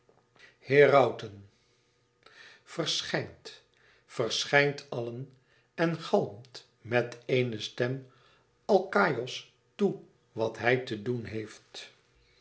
herauten verschijnt verschijnt allen en galmt met éene stem alkaïos toe wat hij te doen heeft